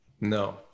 No